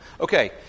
Okay